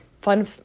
fun